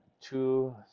two